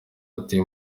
ati